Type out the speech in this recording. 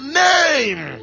name